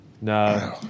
No